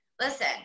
listen